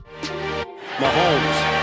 Mahomes